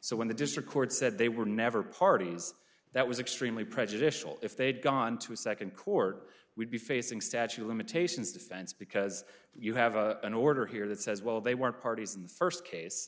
so when the district court said they were never parties that was extremely prejudicial if they'd gone to a second court we'd be facing statute of limitations defense because you have a an order here that says well they were parties in the first case